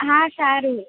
હા સારું